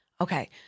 Okay